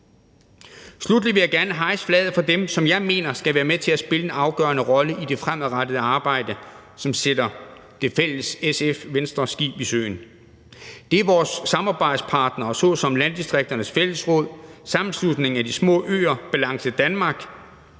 Sluttelig vil jeg gerne hejse flaget for dem, som jeg mener skal være med til at spille en afgørende rolle i det fremadrettede arbejde, som sætter det fælles SF-Venstre-skib i søen. Det er vores samarbejdspartnere såsom Landdistrikternes Fællesråd, Sammenslutningen af Danske Småøer, Balance Danmark,